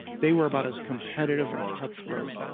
they were about as competitive and cutthroat.